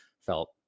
felt